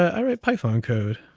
i write python code.